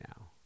now